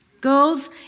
Girls